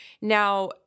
Now –